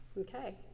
Okay